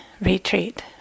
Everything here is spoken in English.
retreat